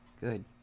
Good